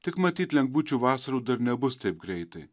tik matyt lengvučių vasarų dar nebus taip greitai